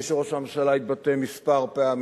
כפי שראש הממשלה התבטא פעמים מספר,